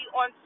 on